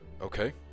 Okay